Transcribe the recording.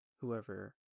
whoever